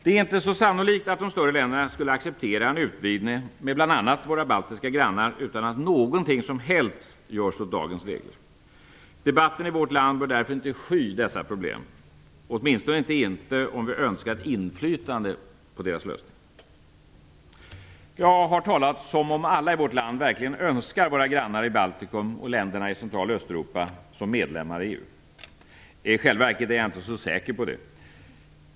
Det är inte så sannolikt att de större länderna skulle acceptera en utvidgning som bl.a. omfattade våra baltiska grannar utan att något som helst skulle göras åt dagens regler. Debatten i vårt land bör därför inte sky dessa problem, åtminstone inte om vi önskar ha inflytande över lösningen. Jag har talat som om alla i vårt land verkligen önskade våra grannar i Baltikum och länderna i Central och Östeuropa som medlemmar i EU. I själva verket är jag inte så säker på att så är fallet.